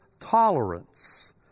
Tolerance